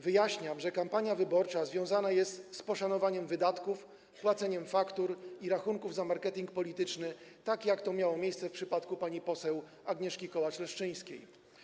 Wyjaśniam, że kampania wyborcza związana jest z poszanowaniem wydatków, płaceniem faktur i rachunków za marketing polityczny, tak jak to miało miejsce w przypadku pani poseł Agnieszki Kołacz-Leszczyńskiej.